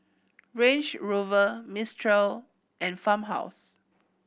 Range Rover Mistral and Farmhouse